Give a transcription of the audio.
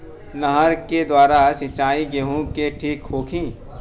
नहर के द्वारा सिंचाई गेहूँ के ठीक होखि?